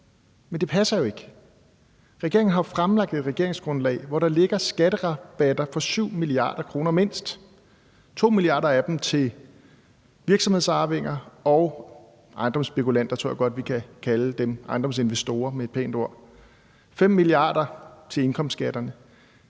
Men det passer jo ikke. Regeringen har jo fremlagt et regeringsgrundlag, hvor der ligger skatterabatter for mindst 7 mia. kr. – 2 mia. kr. af dem til virksomhedsarvinger og ejendomsspekulanter, tror jeg godt vi kan kalde dem, ejendomsinvestorer med et pænt ord, og 5 mia. kr. på indkomstskatterne.